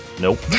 nope